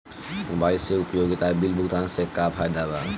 Mobile से उपयोगिता bill भुगतान से का फायदा बा?